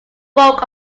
bulk